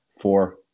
four